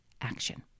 action